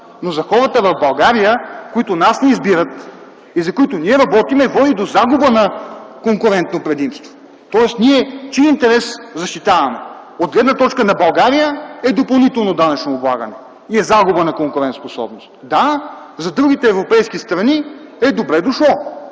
но за хората в България, които нас ни избират и за които ние работим, води до загуба на конкурентно предимство. Ние чий интерес защитаваме? – От гледна точка на България е допълнително данъчно облагане и загуба на конкурентоспособност. Да, за другите европейски страни е добре дошло,